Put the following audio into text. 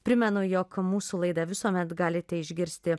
primenu jog mūsų laida visuomet galite išgirsti